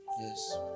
Yes